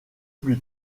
plus